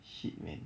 shit man